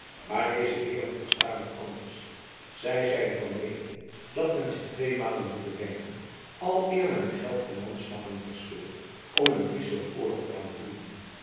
maar deze heeren verstaan het anders zij zijn van meening dat men zich tweemalen moet bedenken aleer men geld en manschappen verspilt om in friesland oorlog te gaan voeren